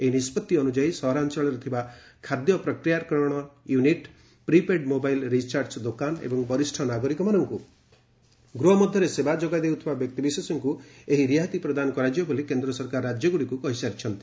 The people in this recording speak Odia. ଏହି ନିଷ୍ପଭି ଅନୁଯାୟୀ ସହରାଞ୍ଚଳରେ ଥିବା ଖାଦ୍ୟପ୍ରକ୍ରିୟାକରଣ ୟୁନିଟ୍ ପ୍ରିପେଡ୍ ମୋବାଇଲ୍ ରିଚାର୍ଚ୍ଚ ଦୋକାନ ଏବଂ ବରିଷ୍ଠ ନାଗରିକମାନଙ୍କୁ ଗୃହମଧ୍ୟରେ ସେବା ଯୋଗାଉଥିବା ବ୍ୟକ୍ତିବିଶେଷଙ୍କୁ ଏହି ରିହାତି ପ୍ରଦାନ କରାଯିବ ବୋଲି କେନ୍ଦ୍ର ସରକାର ରାଜ୍ୟଗୁଡ଼ିକୁ କହିସାରିଛନ୍ତି